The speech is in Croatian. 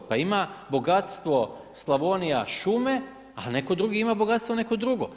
Pa ima bogatstvo Slavonija šuma, a neko drugi ima bogatstvo neko drugo.